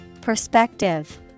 Perspective